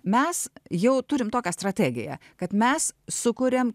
mes jau turim tokią strategiją kad mes sukuriam